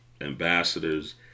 ambassadors